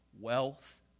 wealth